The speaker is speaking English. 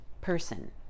person